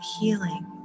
healing